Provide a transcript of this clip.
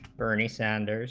bernie sanders